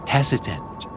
Hesitant